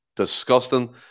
disgusting